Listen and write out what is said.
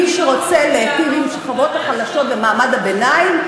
מי שרוצה להיטיב עם השכבות החלשות ומעמד הביניים,